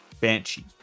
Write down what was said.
Banshee